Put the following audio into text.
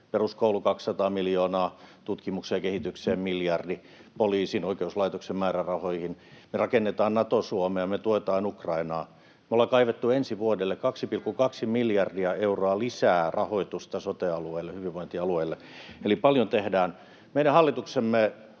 Peruskouluun 200 miljoonaa, tutkimukseen ja kehitykseen miljardi, poliisin, oikeuslaitoksen määrärahoihin. Me rakennetaan Nato-Suomea, me tuetaan Ukrainaa. Me ollaan kaivettu ensi vuodelle 2,2 miljardia euroa lisää rahoitusta sote-alueille, hyvinvointialueille. Eli paljon tehdään. Meidän hallituksemme